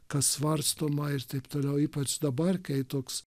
kas svarstoma ir taip toliau ypač dabar kai toks